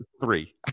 Three